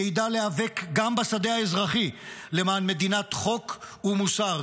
שידע להיאבק גם בשדה האזרחי למען מדינת חוק ומוסר,